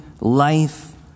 life